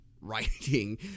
writing